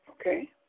Okay